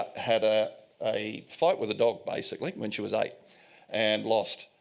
had ah a fight with a dog basically when she was eight and lost.